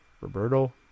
Roberto